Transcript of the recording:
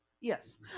Yes